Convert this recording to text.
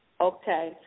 Okay